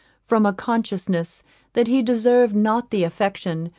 from a consciousness that he deserved not the affection,